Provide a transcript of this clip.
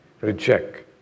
reject